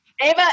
Ava